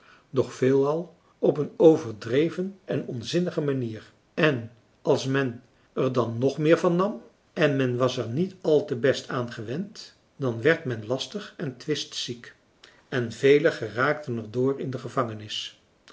doch veelal op een overdreven en onzinnige manier en als men er dan nog meer van nam en men was er niet al te best aan gewend dan werd men lastig en twistziek en velen geraakten er door in de gevangenis